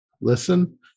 Listen